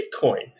Bitcoin